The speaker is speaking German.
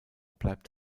bleibt